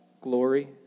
glory